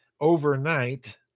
overnight